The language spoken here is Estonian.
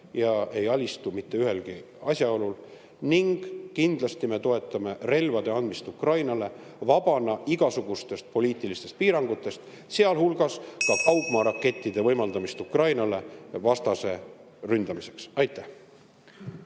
ja ei alistu mitte ühelgi asjaolul. Ning kindlasti me toetame relvade andmist Ukrainale, vabana igasugustest poliitilistest piirangutest, sealhulgas (Juhataja helistab kella.) kaugmaarakettide võimaldamist Ukrainale vastase ründamiseks.